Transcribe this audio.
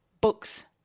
books